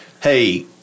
hey